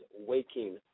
Waking